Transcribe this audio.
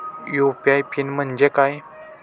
UPI PIN म्हणजे काय?